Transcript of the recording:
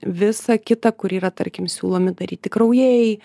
visa kita kur yra tarkim siūlomi daryti kraujai